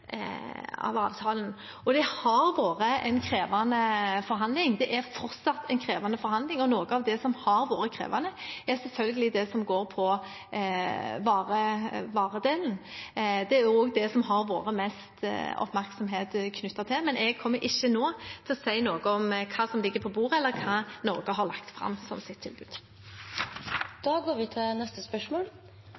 det som har vært krevende, er selvfølgelig det som går på varedelen. Det er også det som det har vært mest oppmerksomhet knyttet til, men jeg kommer ikke nå til å si noe om hva som ligger på bordet, eller hva Norge har lagt fram som sitt tilbud.